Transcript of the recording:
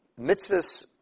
mitzvahs